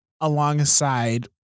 alongside